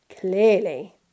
Clearly